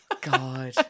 God